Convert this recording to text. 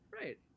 Right